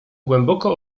głęboko